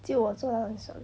只有我做到很爽